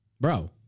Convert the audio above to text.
bro